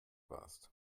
warst